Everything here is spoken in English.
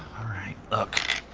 all right, look.